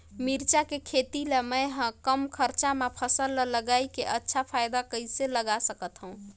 मिरचा के खेती ला मै ह कम खरचा मा फसल ला लगई के अच्छा फायदा कइसे ला सकथव?